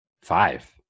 Five